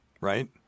right